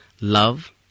love